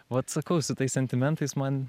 vat sakau su tais sentimentais man